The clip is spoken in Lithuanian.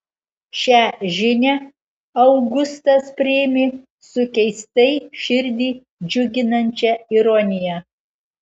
šią žinią augustas priėmė su keistai širdį džiuginančia ironija